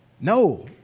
no